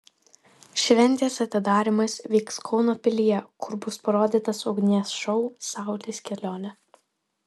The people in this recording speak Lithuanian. šventės atidarymas vyks kauno pilyje kur bus parodytas ugnies šou saulės kelionė